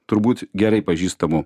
turbūt gerai pažįstamų